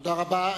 תודה רבה.